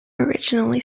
originally